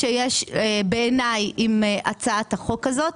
שקיימת בעיניי בהצעת החוק הזאת.